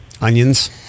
onions